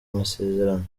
masezerano